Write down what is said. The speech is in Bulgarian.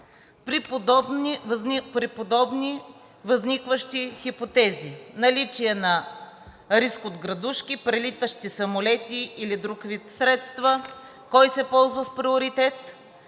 при подобни възникващи хипотези – наличие на риск от градушки, прелитащи самолети или друг вид средства, кой се ползва с приоритет?